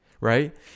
right